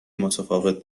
متفاوت